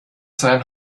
seinen